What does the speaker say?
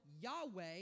Yahweh